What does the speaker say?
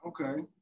Okay